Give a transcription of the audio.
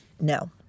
no